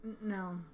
No